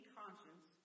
conscience